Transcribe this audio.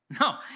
No